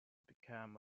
become